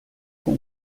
com